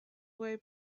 way